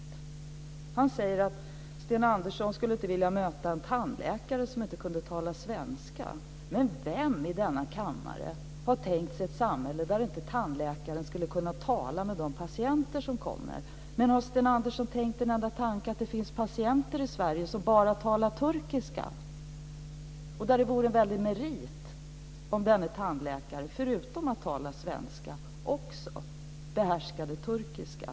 Sten Andersson säger att han inte skulle vilja möta en tandläkare som inte kunde tala svenska. Vem i denna kammare har tänkt sig ett samhälle där inte tandläkaren skulle kunna tala med de patienter som kommer? Men har Sten Andersson tänkt tanken att det finns patienter i Sverige som bara talar turkiska och där det vore en väldig merit om denne tandläkare förutom att tala svenska också behärskade turkiska?